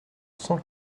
cent